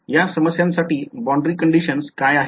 या समस्यांसाठी boundary conditions काय आहेत